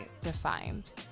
defined